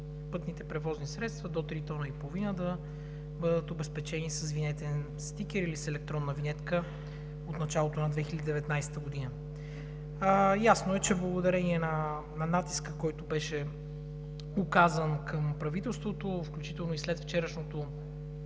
пътните превозни средства до 3,5 т да бъдат обезпечени с винетен стикер или с електронна винетка от началото на 2019 г. Ясно е, че благодарение на натиска, който беше оказан към правителството, включително и след вчерашното